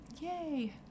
Yay